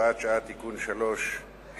הוראת שעה) (תיקון מס' 3),